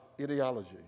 ideology